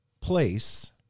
place